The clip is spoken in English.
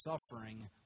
suffering